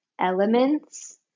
elements